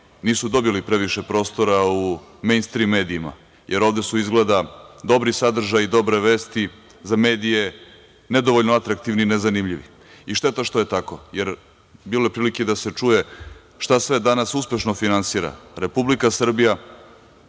nisu dobili previše prostora u mejnstrim medijima, jer ovde su izgleda dobri sadržaji, dobre vesti za medije nedovoljno atraktivni i nezanimljivi. Šteta što je tako jer bilo je prilike da se čuje šta sve danas uspešno finansira Republika Srbija